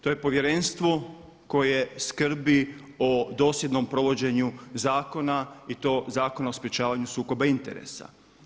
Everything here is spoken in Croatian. To je povjerenstvo koje skrbi o dosljednom provođenju zakona i to Zakona o sprječavanju sukoba interesa.